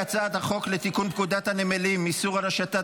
לתיקון פקודת הנמלים (איסור על השטת